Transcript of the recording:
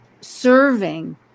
serving